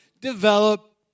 develop